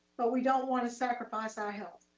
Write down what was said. but we don't wanna sacrifice our health.